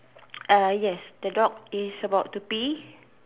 err yes the dog is about to pee